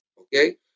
okay